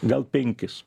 gal penkis